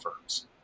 firms